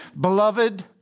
Beloved